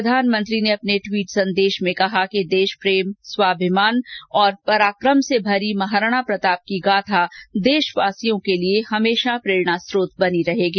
प्रधानमंत्री ने अपने ट्वीट संदेश में कहा कि देशप्रेम स्वाभिमान और पराकम से भरी महाराणा प्रताप की गाथा देशवासियों के लिए हमेशा प्रेरणास्त्रोत बनी रहेगी